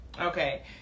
Okay